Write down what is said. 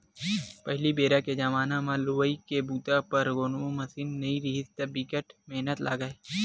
पहिली बेरा के जमाना म लुवई के बूता बर कोनो मसीन नइ रिहिस हे त बिकट मेहनत लागय